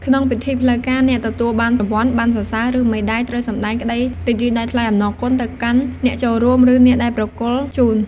ក្នុងពិធីផ្លូវការ អ្នកទទួលបានរង្វាន់ ប័ណ្ណសរសើរ ឬមេដាយ ត្រូវសម្ដែងក្ដីរីករាយដោយថ្លែងអំណរគុណទៅកាន់អ្នកចូលរួម ឬ អ្នកដែលប្រគល់ជូន។